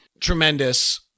tremendous